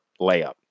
layup